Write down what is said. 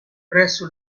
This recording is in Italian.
presso